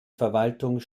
verwaltung